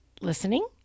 listening